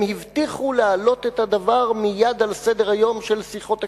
הם הבטיחו להעלות את הדבר מייד על סדר-היום של שיחות הקרבה.